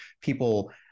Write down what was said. people